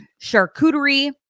charcuterie